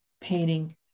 painting